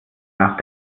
nach